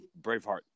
Braveheart